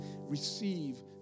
receive